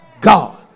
God